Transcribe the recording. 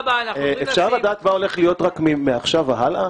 אפשר לדעת מה הולך להיות מעכשיו והלאה?